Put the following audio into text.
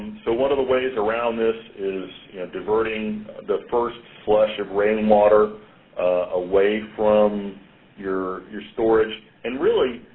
so one of the ways around this is diverting the first flush of rainwater away from your your storage. and really,